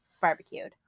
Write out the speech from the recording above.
barbecued